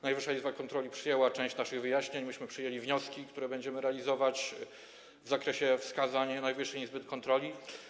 Najwyższa Izba Kontroli przyjęła część naszych wyjaśnień, my przyjęliśmy wnioski, które będziemy realizować w zakresie wskazań Najwyższej Izby Kontroli.